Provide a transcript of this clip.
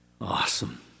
Awesome